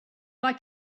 like